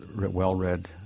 well-read